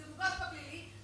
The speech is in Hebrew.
זה מוגש בפלילי,